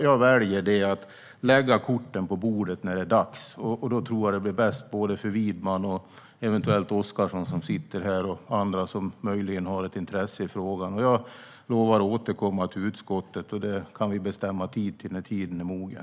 Jag väljer att lägga korten på bordet när det är dags. Då tror jag att det blir bäst för både Widman och eventuellt Oscarsson, som också sitter här, samt för andra som möjligen har ett intresse av frågan. Jag lovar att återkomma till utskottet. Det kan vi bestämma tid för när tiden är mogen.